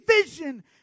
vision